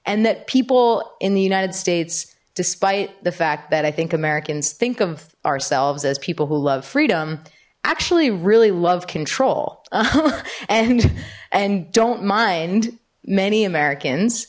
and that people in the united states despite the fact that i think americans think of ourselves as people who love freedom actually really love control and and don't mind many americans